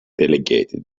delegated